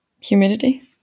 Humidity